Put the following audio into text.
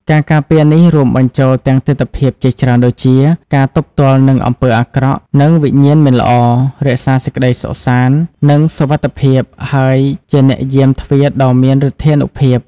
ការការពារនេះរួមបញ្ចូលទាំងទិដ្ឋភាពជាច្រើនដូចជា ការទប់ទល់នឹងអំពើអាក្រក់ និងវិញ្ញាណមិនល្អ រក្សាសេចក្តីសុខសាន្ត និងសុវត្ថិភាព ហើយជាអ្នកយាមទ្វារដ៏មានឫទ្ធានុភាព។